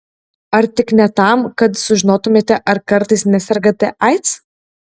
ar tik ne tam kad sužinotumėte ar kartais nesergate aids